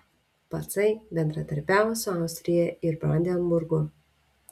pacai bendradarbiavo su austrija ir brandenburgu